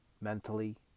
mentally